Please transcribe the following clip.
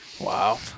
Wow